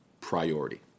priority